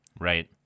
right